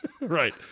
Right